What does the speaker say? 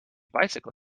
bicycle